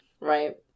right